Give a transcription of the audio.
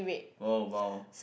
oh !wow!